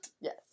Yes